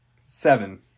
seven